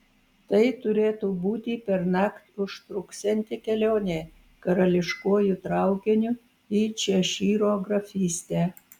tai turėtų būti pernakt užtruksianti kelionė karališkuoju traukiniu į češyro grafystę